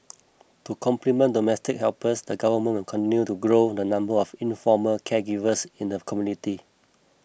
to complement domestic helpers the government will continue to grow the number of informal caregivers in the community